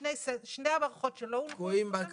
שני המערכות שלא הונחו תלויים בזה.